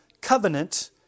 covenant